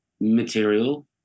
material